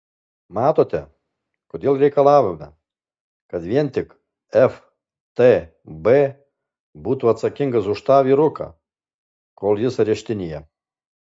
matote kodėl reikalavome kad vien tik ftb būtų atsakingas už tą vyruką kol jis areštinėje